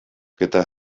gyda